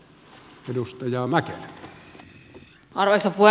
arvoisa puhemies